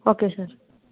okay sir